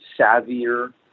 savvier